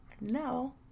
no